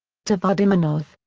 davud imanov,